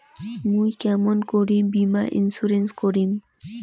মুই কেমন করি বীমা ইন্সুরেন্স করিম?